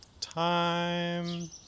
Time